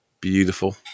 beautiful